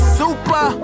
super